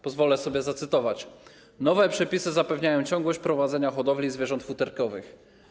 Pozwolę sobie zacytować: Nowe przepisy zapewniają ciągłość prowadzenia hodowli zwierząt futerkowych.